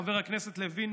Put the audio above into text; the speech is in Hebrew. חבר הכנסת לוין,